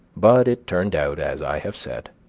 but it turned out as i have said.